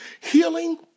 healing